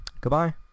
Goodbye